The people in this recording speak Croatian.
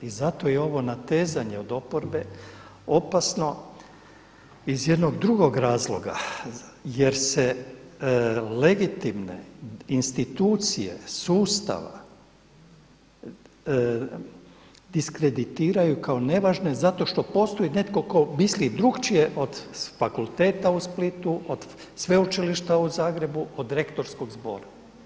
I zato je ovo natezanje od oporbe opasno iz jednog drugog razloga, jer se legitimne institucije sustava diskreditiraju kao nevažne zato što postoji netko tko misli drukčije od fakulteta u Splitu, od Sveučilišta u Zagrebu, od rektorskog zbora.